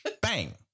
bang